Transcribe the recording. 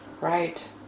Right